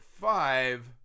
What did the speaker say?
five